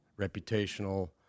reputational